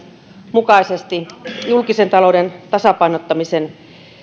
mukaisesti julkisen talouden tasapainottamisen